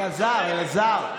אלעזר, אלעזר,